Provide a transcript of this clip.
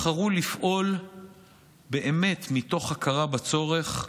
בחרו לפעול באמת מתוך הכרה בצורך,